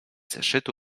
zeszytu